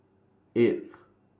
eight